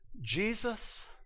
Jesus